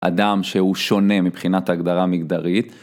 אדם שהוא שונה מבחינת ההגדרה המגדרית.